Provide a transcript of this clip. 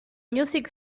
music